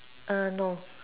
err no